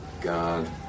God